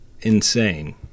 insane